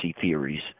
theories